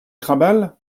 krabal